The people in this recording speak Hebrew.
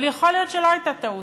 אבל יכול להיות שלא הייתה טעות,